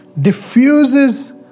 diffuses